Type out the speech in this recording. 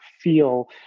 feel